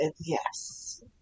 Yes